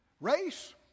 race